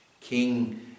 King